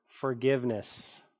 forgiveness